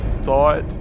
thought